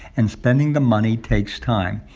and spending the money takes time.